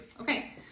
okay